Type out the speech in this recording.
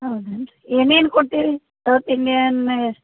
ಹೌದೇನ್ ರೀ ಏನೇನು ಕೊಡ್ತೀರಿ ಸೌತ್ ಇಂಡಿಯನ್ನ್ಯಾಗ